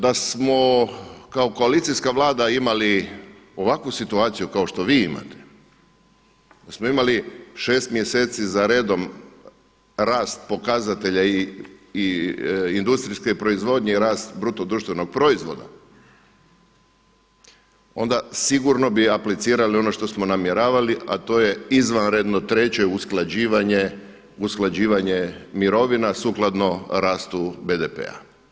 Da smo kao koalicijska Vlada imali ovakvu situacija kao što vi imate, da smo imali 6 mjeseci za redom rast pokazatelja i industrijske proizvodnje i rast BDP-a, onda sigurno bi aplicirali ono što smo namjeravali a to je izvanredno 3. usklađivanje mirovina sukladno rastu BDP-a.